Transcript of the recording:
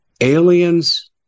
Aliens